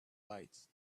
lights